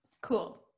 cool